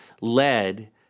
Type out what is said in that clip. led